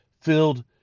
filled